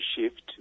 shift